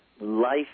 life